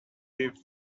eve